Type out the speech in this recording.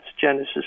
Genesis